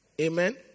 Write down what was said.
Amen